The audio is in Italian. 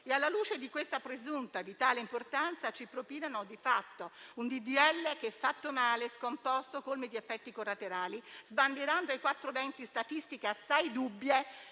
E, alla luce di questa presunta vitale importanza, ci propinano di fatto un disegno di legge fatto male, scomposto e con effetti collaterali, sbandierando ai quattro venti statistiche assai dubbie